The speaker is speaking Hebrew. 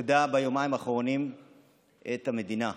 שפקדה ביומיים האחרונים את המדינה.